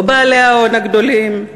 לא בעלי ההון הגדולים,